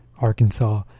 Arkansas